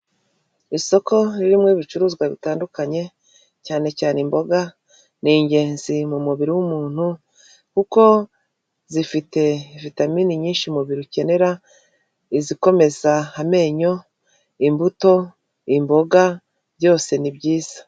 Isoko ririmo ibicuruzwa bitandukanye cyane cyane imboga, ni ingenzi mu mubiri w'umuntu kuko zifite vitaminini nyinshi umubiri ukenera, izikomeza amenyo, imbuto, imboga byose ni byiza.